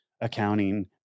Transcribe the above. accounting